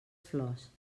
flors